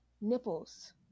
nipples